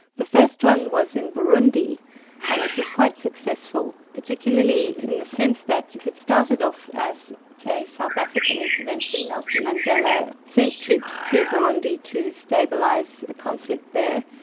the first one was in burundi and it was quite successful, particularly in the sense that it started off as a south african intervention nelson mandela sent troops to burundi to stabilise a conflict there.